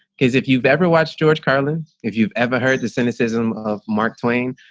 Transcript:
because if you've ever watched george carlin, if you've ever heard the cynicism of mark twain,